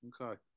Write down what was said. Okay